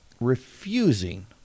Refusing